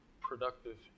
productive